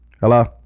Hello